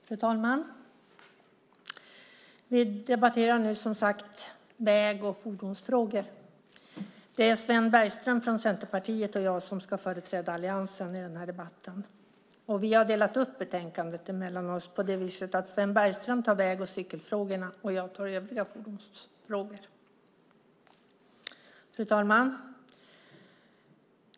Fru talman! Vi debatterar nu som sagt väg och fordonsfrågor. Det är Sven Bergström från Centerpartiet och jag som ska företräda alliansen i den här debatten, och vi har delat upp betänkandet mellan oss på det viset att Sven Bergström tar väg och cykelfrågorna och jag tar övriga fordonsfrågor. Fru talman!